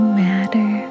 matter